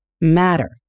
matter